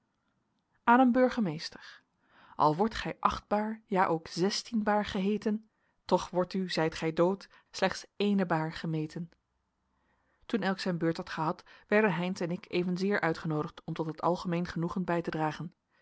aan een burgemeester al wordt gij achtbaar ja ook zestienbaar geheeten toch wordt u zijt gij dood slechts ééne baar gemeten toen elk zijn beurt had gehad werden heynsz en ik evenzeer uitgenoodigd om tot het algemeen genoegen bij te dragen